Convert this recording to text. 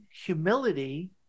humility